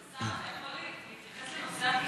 מי צועק, חבר הכנסת אורן חזן,